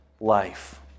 life